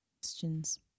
questions